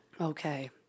Okay